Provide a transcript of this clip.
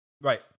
Right